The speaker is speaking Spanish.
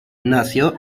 nació